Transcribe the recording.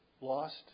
lost